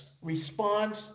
response